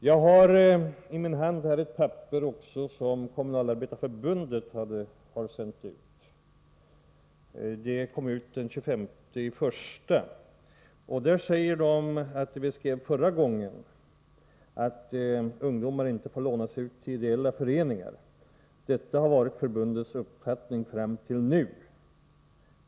Jag har i min hand ett papper som Kommunalarbetareförbundet har sänt ut och som kom den 25 januari. Här skriver man att man tidigare sagt ”att ungdomarna ej får lånas ut till ideella föreningar”. Man fortsätter: ”Detta har varit förbundets uppfattning fram till nu.